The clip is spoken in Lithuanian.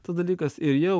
tas dalykas ir jau